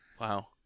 Wow